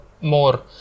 more